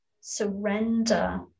surrender